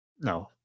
no